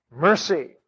mercy